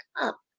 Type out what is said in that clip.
up